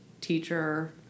teacher